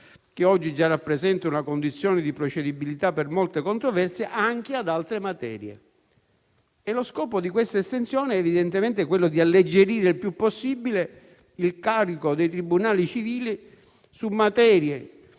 che oggi già rappresenta una condizione di procedibilità per molte controversie, anche ad altre materie. Lo scopo di questa estensione è evidentemente quello di alleggerire il più possibile il carico dei tribunali civili su materie